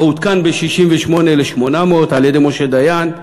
ועודכן ב-1968 ל-800 על-ידי משה דיין,